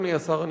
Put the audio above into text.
אדוני השר,